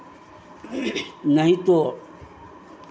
नहीं तो